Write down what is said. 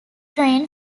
train